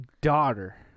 daughter